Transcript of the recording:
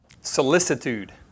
Solicitude